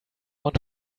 want